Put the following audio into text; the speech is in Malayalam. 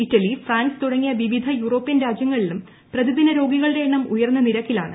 ഇറ്റലി ഫ്രാൻസ് തുടങ്ങി വിവിധ യൂറോപ്യൻ രാജ്യങ്ങളിലും പ്രതിദിന രോഗികളുടെ എണ്ണം ഉയർന്ന നിരക്കിലാണ്